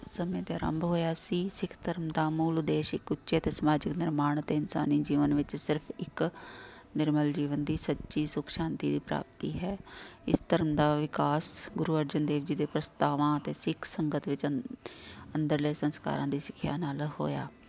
ਸਮੇਂ 'ਤੇ ਆਰੰਭ ਹੋਇਆ ਸੀ ਸਿੱਖ ਧਰਮ ਦਾ ਮੂਲ ਉਦੇਸ਼ ਇੱਕ ਉੱਚੇ ਅਤੇ ਸਮਾਜਿਕ ਨਿਰਮਾਣ ਅਤੇ ਇਨਸਾਨੀ ਜੀਵਨ ਵਿੱਚ ਸਿਰਫ ਇੱਕ ਨਿਰਮਲ ਜੀਵਨ ਦੀ ਸੱਚੀ ਸੁੱਖ ਸ਼ਾਂਤੀ ਦੀ ਪ੍ਰਾਪਤੀ ਹੈ ਇਸ ਧਰਮ ਦਾ ਵਿਕਾਸ ਗੁਰੂ ਅਰਜਨ ਦੇਵ ਜੀ ਦੇ ਪ੍ਰਸਤਾਵਾਂ ਅਤੇ ਸਿੱਖ ਸੰਗਤ ਵਿੱਚ ਅੰ ਅੰਦਰਲੇ ਸੰਸਕਾਰਾਂ ਦੀ ਸਿੱਖਿਆ ਨਾਲ ਹੋਇਆ